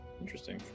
Interesting